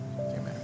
Amen